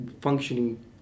functioning